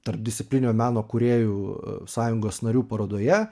tarpdisciplininio meno kūrėjų sąjungos narių parodoje